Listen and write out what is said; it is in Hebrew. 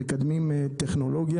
והם מקדמים טכנולוגיה.